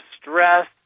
stress